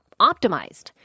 optimized